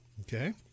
Okay